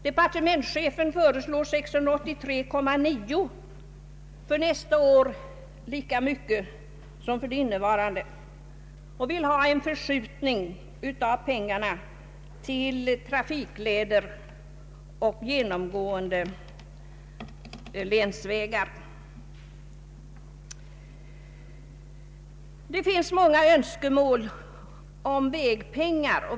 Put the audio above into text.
Departementschefen föreslår 683,9 miljoner kronor för nästa år, alltså lika mycket som för innevarande år. Det var en hög nivå då, det är det nu också. Departementschefen vill ha en förskjutning av pengarna till trafikleder och genomgående länsvägar. Det finns många önskemål om vägpengar.